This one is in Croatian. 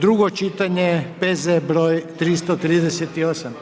drugo čitanje, P.Z. broj 338.